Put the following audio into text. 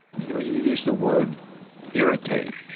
you know, you used the word irritate.